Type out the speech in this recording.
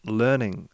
learning